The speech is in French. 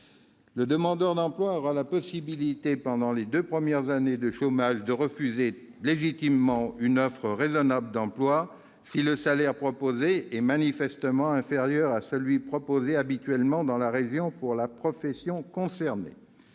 Le demandeur d'emploi aura la possibilité, pendant les deux premières années de chômage, de refuser légitimement une offre raisonnable d'emploi, si le salaire proposé est manifestement inférieur à celui qui est proposé habituellement dans la région pour la profession concernée.